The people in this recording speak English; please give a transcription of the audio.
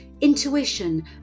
Intuition